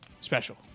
special